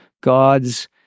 God's